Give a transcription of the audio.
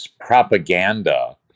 propaganda